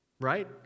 right